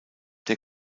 der